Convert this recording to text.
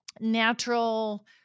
natural